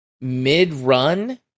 mid-run